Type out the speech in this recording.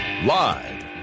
Live